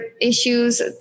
issues